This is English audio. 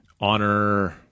honor